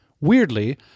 Weirdly